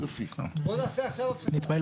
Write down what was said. הכוונה היא שאי אפשר להכשיר